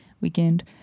weekend